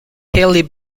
haley